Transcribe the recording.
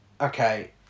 okay